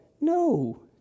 no